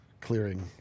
clearing